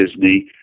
Disney